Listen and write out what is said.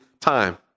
time